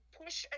push